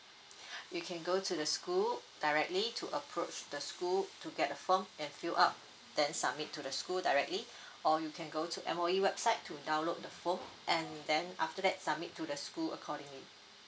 you can go to the school directly to approach the school to get the form and fill up then submit to the school directly or you can go to M_O_E website to download the form and then after that submit to the school accordingly